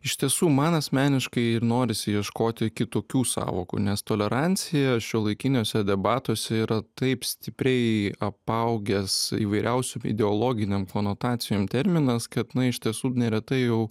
iš tiesų man asmeniškai ir norisi ieškoti kitokių sąvokų nes tolerancija šiuolaikiniuose debatuose yra taip stipriai apaugęs įvairiausiom ideologinėm konotacijom terminas kad iš tiesų neretai jau